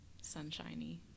sunshiny